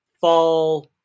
fall